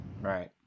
Right